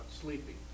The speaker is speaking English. sleeping